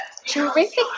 terrific